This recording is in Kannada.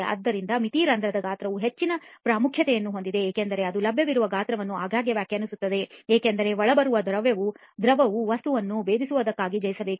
ಆದ್ದರಿಂದ ಮಿತಿ ರಂಧ್ರದ ಗಾತ್ರವು ಹೆಚ್ಚಿನ ಪ್ರಾಮುಖ್ಯತೆಯನ್ನು ಹೊಂದಿದೆ ಏಕೆಂದರೆ ಅದು ಲಭ್ಯವಿರುವ ಗಾತ್ರವನ್ನು ಆಗಾಗ್ಗೆ ವ್ಯಾಖ್ಯಾನಿಸುತ್ತದೆ ಏಕೆಂದರೆ ಒಳಬರುವ ದ್ರವವು ವಸ್ತುವನ್ನು ಭೇದಿಸುವುದಕ್ಕಾಗಿ ಜಯಿಸಬೇಕು